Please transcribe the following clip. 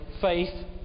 faith